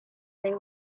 they